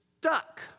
stuck